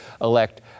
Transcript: elect